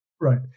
Right